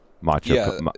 Macho